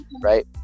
right